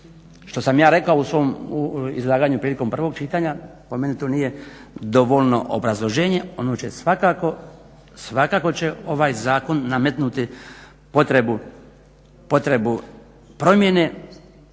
što sam ja rekao u svom, u izlaganju prilikom prvog čitanja po meni to nije dovoljno obrazloženje. Ono će svakako, svakako će ovaj zakon nametnuti potrebu promjene